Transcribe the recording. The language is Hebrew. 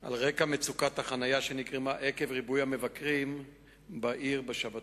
על רקע מצוקת החנייה שנגרמה עקב ריבוי המבקרים בעיר בשבתות.